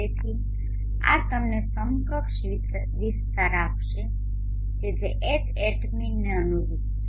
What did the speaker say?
તેથી આ તમને સમકક્ષ વિસ્તાર આપશે કે જે Hatminને અનુરૂપ છે